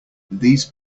these